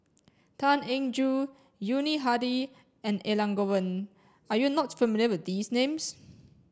Tan Eng Joo Yuni Hadi and Elangovan are you not familiar with these names